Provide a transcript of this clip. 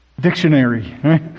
dictionary